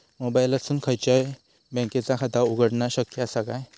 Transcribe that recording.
मोबाईलातसून खयच्याई बँकेचा खाता उघडणा शक्य असा काय?